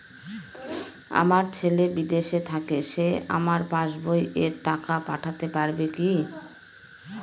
আমার ছেলে বিদেশে থাকে সে আমার পাসবই এ টাকা পাঠাতে পারবে কি?